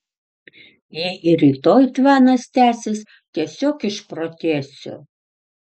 jei ir rytoj tvanas tęsis tiesiog išprotėsiu